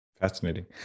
Fascinating